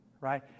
Right